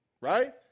right